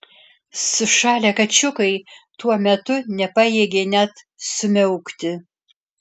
sušalę kačiukai tuo metu nepajėgė net sumiaukti